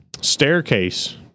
staircase